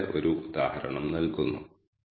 names 1 ആയി നൽകിയിരിക്കുന്നത്